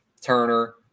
Turner